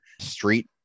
street